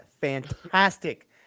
fantastic